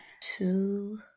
Two